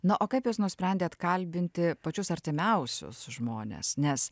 na o kaip jūs nusprendėt kalbinti pačius artimiausius žmones nes